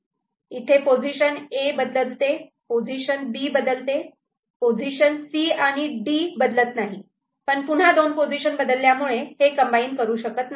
इथे position A हे बदलते पोझिशन B बदलते पोझिशन C आणि D बदलत नाही पण पुन्हा 2 पोझिशन बदलल्यामुळे हे कम्बाईन करू शकत नाही